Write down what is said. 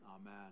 Amen